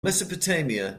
mesopotamia